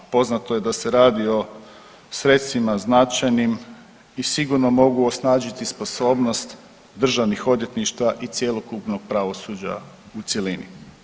Poznato je da se radi o sredstvima značajnim i sigurno mogu osnažiti sposobnost državnih odvjetništava i cjelokupnog pravosuđa u cjelini.